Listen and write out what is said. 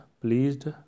pleased